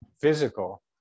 physical